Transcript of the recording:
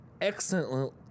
Excellent